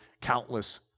countless